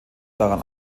daran